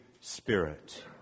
Spirit